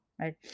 right